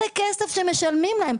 זה כסף שמשלמים להם.